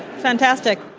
fantastic.